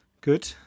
good